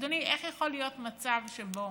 אדוני, איך יכול להיות מצב שבו